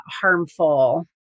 harmful